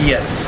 Yes